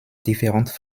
différentes